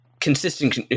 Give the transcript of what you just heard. consistent